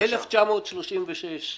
1936,